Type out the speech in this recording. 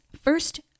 First